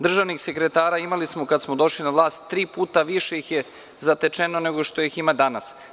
Državnih sekretara imali smo kada smo došli na vlast, tri puta ih je više zatečeno, nego što ih ima danas.